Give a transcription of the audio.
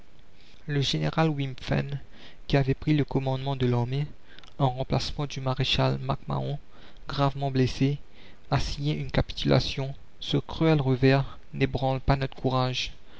le général wimpfen qui avait pris le commandement de l'armée en remplacement du maréchal mac mahon gravement blessé a signé une capitulation ce cruel revers n'ébranle pas notre courage